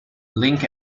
link